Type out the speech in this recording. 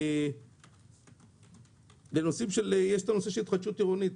לגבי התחדשות עירונית,